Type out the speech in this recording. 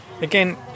Again